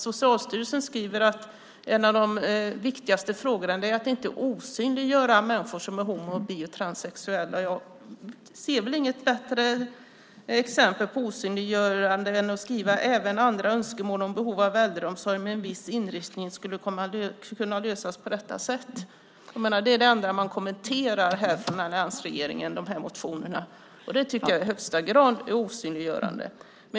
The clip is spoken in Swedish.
Socialstyrelsen skriver att en av de viktigaste frågorna är att inte osynliggöra människor som är homo-, bi och transsexuella, men jag ser inget bättre exempel på osynliggörande än att skriva: Även andra önskemål om behov av äldreomsorg med en viss inriktning skulle kunna lösas på detta sätt. Det är den enda kommentar alliansen har när det gäller de här motionerna. Det tycker jag i allra högsta grad är ett osynliggörande.